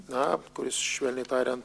na kuris švelniai tariant